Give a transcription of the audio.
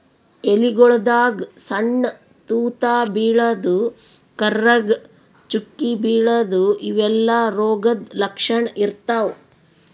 ಎಲಿಗೊಳ್ದಾಗ್ ಸಣ್ಣ್ ತೂತಾ ಬೀಳದು, ಕರ್ರಗ್ ಚುಕ್ಕಿ ಬೀಳದು ಇವೆಲ್ಲಾ ರೋಗದ್ ಲಕ್ಷಣ್ ಇರ್ತವ್